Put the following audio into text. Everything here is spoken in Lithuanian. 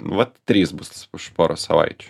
vat trys bus už poros savaičių